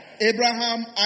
Abraham